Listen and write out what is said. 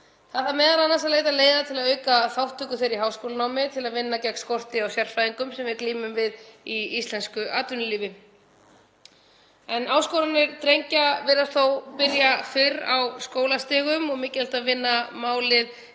Það þarf m.a. að leita leiða til að auka þátttöku þeirra í háskólanámi til að vinna gegn þeim skorti á sérfræðingum sem við glímum við í íslensku atvinnulífi. Áskoranir drengja virðast þó byrja á fyrri skólastigum og mikilvægt að vinna málið